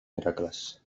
miracles